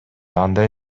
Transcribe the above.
андай